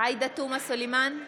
עאידה תומא סלימאן,